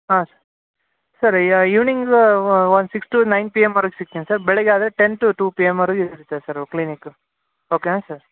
ಹಾಂ ಸರ್ ಈಗ ಈವ್ನಿಂಗ್ ಒಂದ್ ಸಿಕ್ಸ್ ಟು ನೈನ್ ಪಿಎಮ್ವರೆಗೆ ಸಿಕ್ತೀನಿ ಸರ್ ಬೆಳಗ್ಗೆ ಆದರೆ ಟೆನ್ ಟು ಟೂ ಪಿ ಎಮ್ವರೆಗೂ ಇರತ್ತೆ ಸರ್ ಕ್ಲಿನಿಕು ಓಕೆ ನಾ ಸರ್